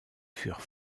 furent